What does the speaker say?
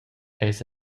eis